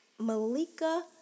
malika